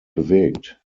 bewegt